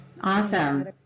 Awesome